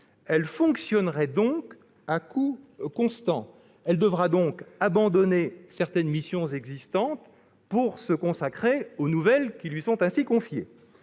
Elle fonctionnera à coût constant. Elle devra donc abandonner certaines missions existantes pour se consacrer aux nouvelles qui lui sont ainsi confiées.